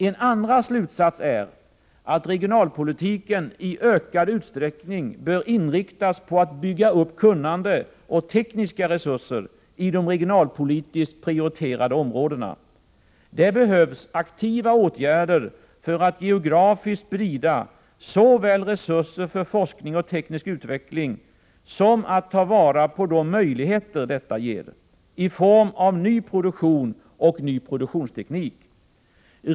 En andra slutsats är att regionalpolitiken i ökad utsträckning bör inriktas på att bygga upp kunnande och tekniska resurser i de regionalpolitiskt prioriterade områdena. Det behövs aktiva åtgärder för att geografiskt sprida såväl resurser för forskning och teknisk utveckling som att ta vara på de möjligheter detta ger i form av ny produktion och ny produktionsteknik.